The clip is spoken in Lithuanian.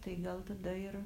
tai gal tada ir